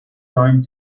going